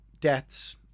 Death's